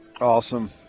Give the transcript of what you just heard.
Awesome